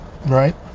right